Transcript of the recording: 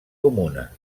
comuna